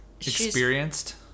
Experienced